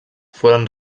foren